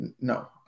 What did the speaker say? no